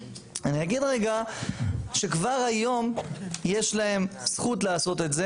אני אגיד שכבר היום יש להם זכות לעשות את זה